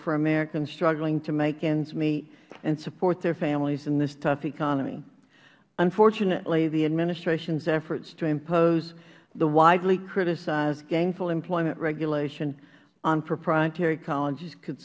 for americans struggling to make ends meet and support their families in this tough economy unfortunately the administration's efforts to impose the widely criticized gainful employment regulation on proprietary colleges could